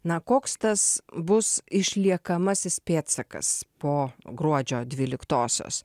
na koks tas bus išliekamasis pėdsakas po gruodžio dvyliktosios